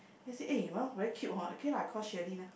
then I say eh Ralph very cute hor okay lah call Shirley lah